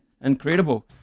Incredible